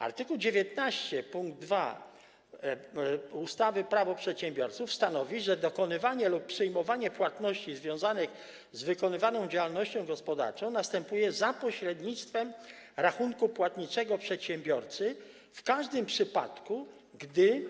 Art. 19 pkt 2 ustawy Prawo przedsiębiorców stanowi, że: dokonywanie lub przyjmowanie płatności związanych z wykonywaną działalnością gospodarczą następuje za pośrednictwem rachunku płatniczego przedsiębiorcy w każdym przypadku, gdy